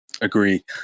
Agree